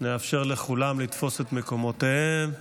נאפשר לכולם לתפוס את מקומותיהם.